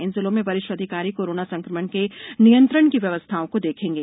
इन जिलों में वरिष्ठ अधिकारी कोरोना संक्रमण के नियंत्रण की व्यवस्थाओं को देखेंगे